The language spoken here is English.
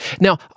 Now